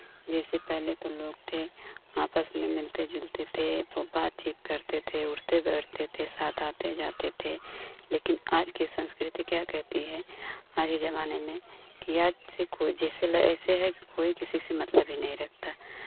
जैसे पहले तो लोग थे आपस में मिलते जुलते थे खूब बातचीत करते थे उठते बैठते थे साथ आते जाते थे लेकिन आज की संस्कृति क्या कहती है आगे ज़माने में कि आज से को जैसे ल ऐसे है कि कोई किसी से मतलब ही नहीं रखता